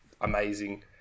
Amazing